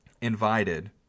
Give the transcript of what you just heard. invited